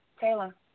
Taylor